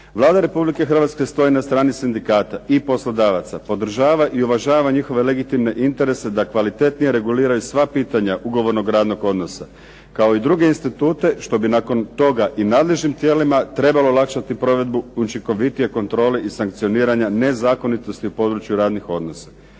Vlada Republike Hrvatske stoji na strani sindikata, i poslodavaca, podržava i uvažava njihove legitimne interese da kvalitetnije reguliraju sva pitanja ugovornog radnog odnosa kao i druge institute što bi nakon toga i nadležnim tijelima trebalo olakšati provedbu učinkovitije kontrole i sankcioniranja nezakonitosti u području radnih odnosa.